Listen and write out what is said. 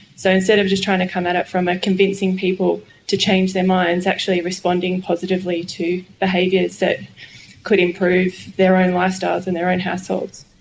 so instead of just trying to come at it from ah convincing people to change their minds, actually responding and positively to behaviours that could improve their own lifestyles and their own households.